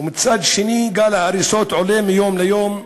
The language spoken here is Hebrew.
ומצד שני, גל ההריסות עולה מיום ליום.